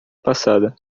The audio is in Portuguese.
passada